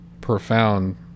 profound